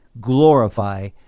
glorify